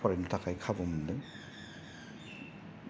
फरायनो थाखाय खाबु मोनदों